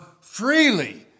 freely